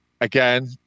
Again